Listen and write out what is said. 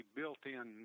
built-in